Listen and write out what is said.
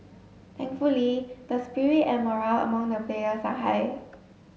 thankfully the spirit and morale among the players are high